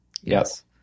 yes